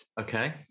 Okay